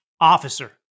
officer